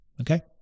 Okay